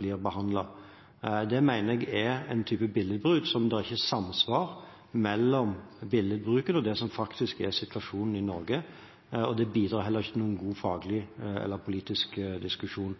blir behandlet. Det mener jeg er en type billedbruk der det ikke er samsvar mellom billedbruken og det som faktisk er situasjonen i Norge, og det bidrar heller ikke til noen god faglig eller politisk diskusjon.